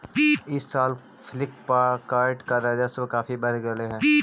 इस साल फ्लिपकार्ट का राजस्व काफी प्रतिशत बढ़लई हे